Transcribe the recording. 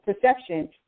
perception